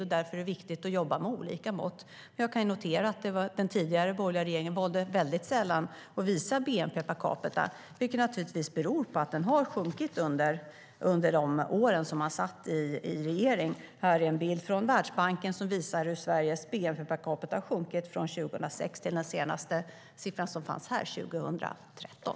Och därför är det viktigt att jobba med olika mått. Jag noterar att den tidigare, borgerliga, regeringen väldigt sällan valde att visa bnp per capita, vilket naturligtvis beror på att den sjönk under de år som de satt i regering. Jag visar nu en bild för kammarens ledamöter från Världsbanken där man kan se hur Sveriges bnp per capita har sjunkit från 2006 till den senaste siffran som fanns, för 2013.